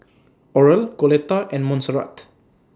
Oral Coletta and Monserrat